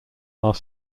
are